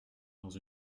dans